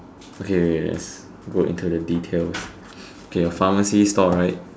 okay wait wait let's go into the details okay your pharmacy stall right